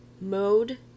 mode